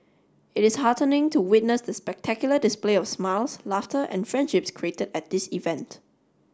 it is heartening to witness the spectacular display of smiles laughter and friendships created at this event